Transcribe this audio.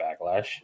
backlash